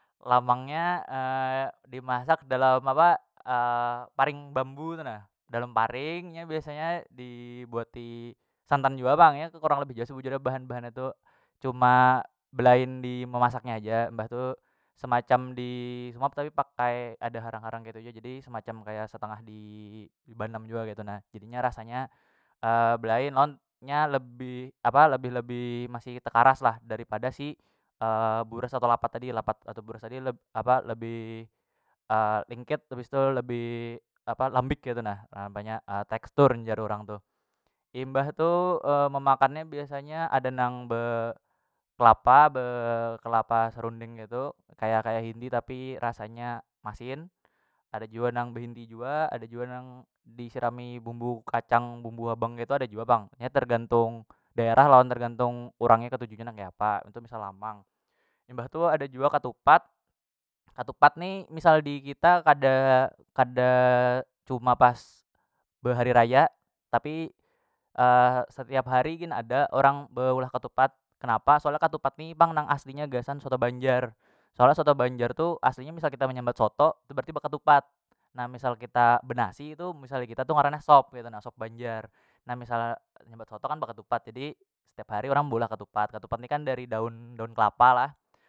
Lamang nya dimasak dalam paring bambu tu nah dalam paring nya biasanya dibuati santan jua pang nya nya kurang lebih jua sebujurnya bahan- bahannya tu cuma belain di memasaknya haja mbah tu semacam di semap tapi pakai ada harang- harang ketu jua jadi semacam kaya satangah di banam jua ketu na, jadinya rasanya belain lawan nya lebih apa lebih- lebih masih tekaras lah dari pada si buras atau lapat tadi lapat atau buras tadi apa lebih lingket bistu lebih apa lambik ketu nah apanya tekstur jar urang tuh. Imbah tu memakan nya biasanya ada nang be kelapa be kelapa serundeng ngetu kaya- kaya hindi tapi rasanya masin ada jua nang be hindi jua ada jua nang disirami bumbu kacang bumbu habang ketu ada jua pang nya tergantung daerah lawan tergantung urangnya ketuju gin kaya apa itu misal lamang. Imbah tu ada jua ketupat- katupat ni misal di kita kada- kada cuma pas behari raya tapi setiap hari gin ada urang beulah ketupat kenapa soalnya ketupat ni pang nang aslinya gasan soto banjar soalnya soto banjar tu aslinya misal kita menyambat soto tu berarti beketupat nah misal kita benasi tu misal nya kita tu ngarannya sop ketu na sop banjar nah misal menyambat soto kan beketupat jadi setiap hari orang beulah ketupat- ketupat ni kan dari daun kelapa lah.